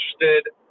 interested